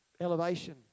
Elevation